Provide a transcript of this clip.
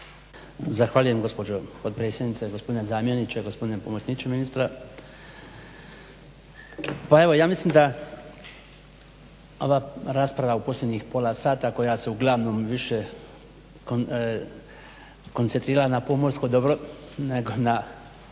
Zahvaljujem gospođo potpredsjednice. Gospodine zamjeniče, gospodine pomoćniče ministra. Pa evo ja mislim da ova rasprava u posljednjih pola sata ako ja se uglavnom više koncentriram na pomorsko dobro nego na